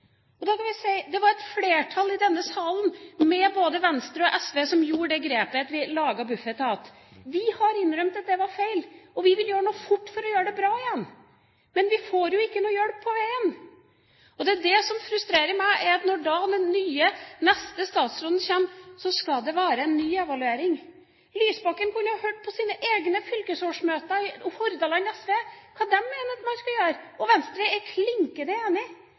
Det var et flertall i denne salen, med både Venstre og SV, som gjorde det grepet at vi lagde Bufetat. Vi har innrømt at det var feil, og vi vil gjøre noe fort for å gjøre det bra igjen, men vi får ikke noe hjelp på veien. Det som frustrerer meg, er at når den nye, neste statsråden kommer, så skal det være en ny evaluering. Lysbakken kunne ha hørt på sine egne på fylkesårsmøtet i Hordaland SV, og hva de mener man skal gjøre. Venstre er klinkende enig.